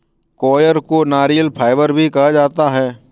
coir को नारियल fibre भी कहा जाता है